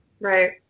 right